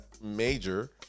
major